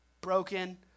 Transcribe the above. Broken